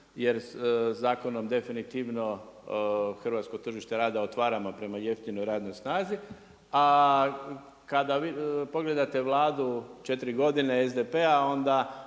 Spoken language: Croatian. Jer zakonom definitivno hrvatsko tržište rada otvaramo prema jeftinoj radnoj snazi, a kada pogledate Vladu četiri godine SDP-a onda